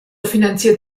finanziert